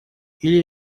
или